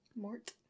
Mort